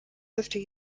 fifty